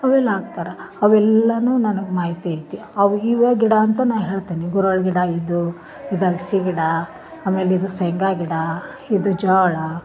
ಅವೆಲ್ಲ ಹಾಕ್ತರ ಅವೆಲ್ಲನು ನನಗೆ ಮಾಹಿತಿ ಐತಿ ಅವು ಇವೇ ಗಿಡ ಅಂತ ನಾ ಹೇಳ್ತೀನಿ ಗುರುವಲ್ ಗಿಡ ಇದು ಇದು ಅಗ್ಸಿ ಗಿಡ ಆಮೇಲೆ ಇದು ಶೇಂಗ ಗಿಡ ಇದು ಜ್ವಾಳ